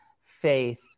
faith